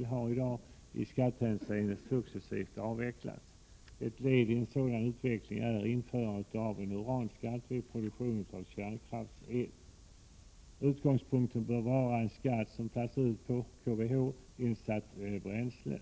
har i dag i skattehänseende successivt avvecklas. Ett led i en sådan avveckling är införandet av uranskatt vid produktion av kärnkraftsel. Utgångspunkten bör vara en skatt som tas ut per kWh insatt bränsle.